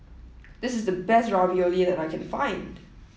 this is the best Ravioli that I can find